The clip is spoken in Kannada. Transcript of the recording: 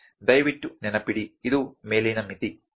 ದಯವಿಟ್ಟು ನೆನಪಿಡಿ ಇದು ಮೇಲಿನ ಮಿತಿ ಸರಿ